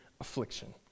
affliction